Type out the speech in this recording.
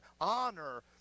honor